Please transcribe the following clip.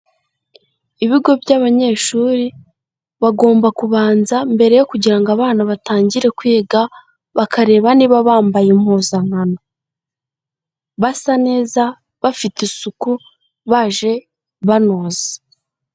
Ibigo by'abanyeshuri bagomba kubanza mbere yo kugira ngo abana batangire kwiga, bakareba niba bambaye impuzankano. Basa neza, bafite isuku, baje banoze.